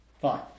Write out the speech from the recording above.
Fine